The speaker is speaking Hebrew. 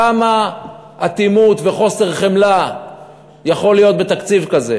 כמה אטימות וחוסר חמלה יכול להיות בתקציב כזה?